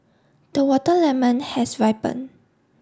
the water lemon has ripened